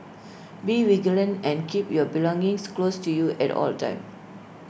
be vigilant and keep your belongings close to you at all the times